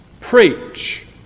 Preach